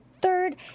third